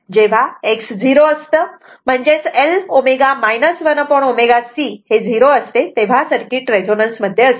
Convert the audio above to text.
जेव्हा X 0 असते म्हणजेच L ω 1ω C0 असते तेव्हा सर्किट रेझोनन्स मध्ये असते